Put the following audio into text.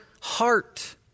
heart